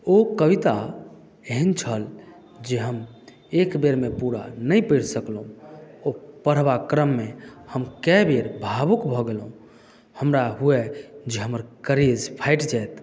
ओ कविता एहेन छल जे हम एकबेरमे पूरा नहि पढ़ि सकलहुॅं ओ पढबाक क्रममे हम कए बेर भावुक भऽ गेलहुॅं हमरा हुए जे हमर करेज फाटि जायत